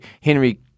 Henry